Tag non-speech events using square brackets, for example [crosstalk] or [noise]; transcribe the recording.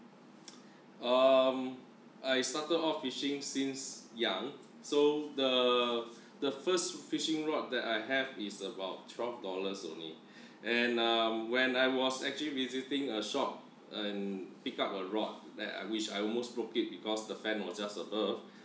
[noise] um I started off fishing since young so the the first fishing rod that I have is about twelve dollars only [breath] and uh when I was actually visiting a shop and pick up a rod that I wish I almost broke it because the fan was just above